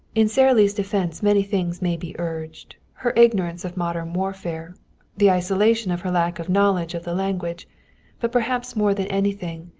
in sara lee's defense many things may be urged her ignorance of modern warfare the isolation of her lack of knowledge of the language but, perhaps more than anything,